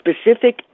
specific